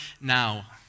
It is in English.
now